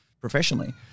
professionally